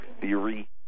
theory